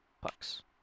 pucks